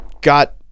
Got